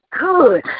good